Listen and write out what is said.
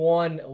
one